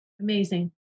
Amazing